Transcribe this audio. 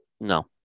No